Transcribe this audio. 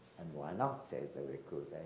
and why not says the recruiter.